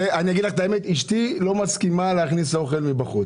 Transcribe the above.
אשתי לא מסכימה להכניס אוכל מבחוץ.